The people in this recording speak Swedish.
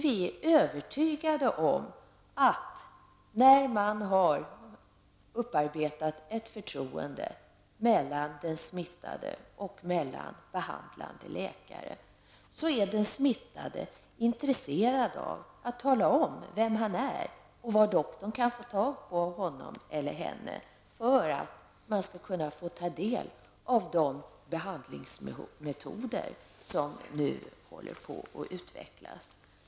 Vi är övertygade om att när man har uppbyggt ett förtroende mellan den smittade och mellan den behandlande läkaren, är den smittade intresserad av att tala om om vem hon eller han är och var läkaren kan få tag på henne eller honom för att få del av de behandlingsmetoder som nu håller på att utvecklas.